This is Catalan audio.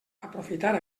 aprofitar